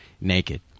naked